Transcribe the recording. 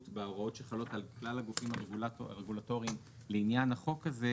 בהוראות שחלות על כלל הגופים הרגולטורים לעניין החוק הזה,